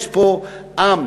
יש פה עם,